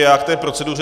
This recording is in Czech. Já k té proceduře.